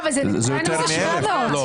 יותר מ-1,000.